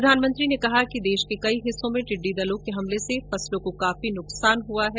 प्रधानमंत्री ने कहा कि देश के कई हिस्सों में टिड्डी दलों के हमले से फसलों को काफी नुकसान हुआ है